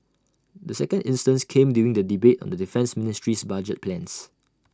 the second instance came during the debate on the defence ministry's budget plans